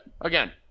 Again